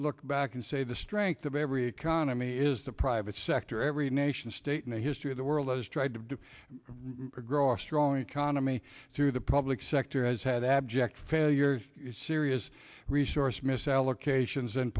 look back and say the strength of every economy is the private sector every nation state in the history of the world has tried to regrow a strong economy through the public sector has had abject failures serious resource misallocation